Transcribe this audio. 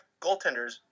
goaltenders